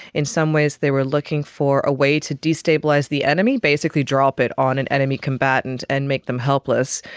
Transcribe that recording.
in some ways they were looking for a way to destabilise the enemy, basically drop it on an enemy combatant and make them helpless.